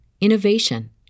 innovation